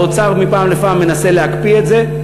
האוצר מפעם לפעם מנסה להקפיא את זה.